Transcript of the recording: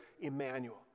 Emmanuel